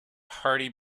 hardy